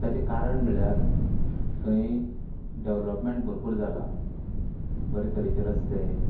तेचे कारण म्हळ्यार थंय डेवलॉपमेंन्ट भरपूर जाला बरें तरेचे रस्ते